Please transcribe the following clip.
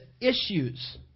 issues